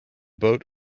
boat